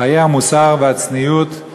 חיי המוסר והצניעות.